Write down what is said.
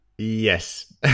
Yes